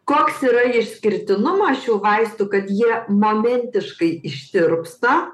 koks yra išskirtinumas šių vaistų kad jie momentiškai ištirpsta